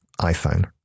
iPhone